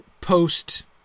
post